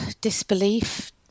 Disbelief